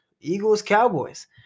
Eagles-Cowboys